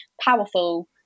powerful